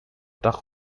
dach